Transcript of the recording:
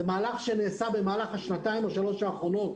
זה מהלך שנעשה בשנתיים-שלוש האחרונות.